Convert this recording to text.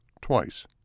twice